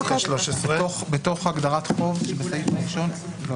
בתוך הגדרת חוק בסעיף הראשון.